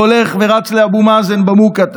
שהולך ורץ לאבו מאזן במוקטעה.